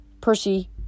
Percy